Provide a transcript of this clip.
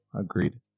agreed